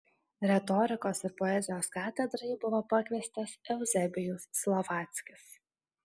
retorikos ir poezijos katedrai buvo pakviestas euzebijus slovackis